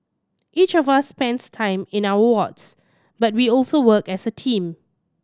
each of us spends time in our wards but we also work as a team